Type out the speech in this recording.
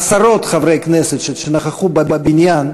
עשרות חברי כנסת שנכחו בבניין,